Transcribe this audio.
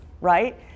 right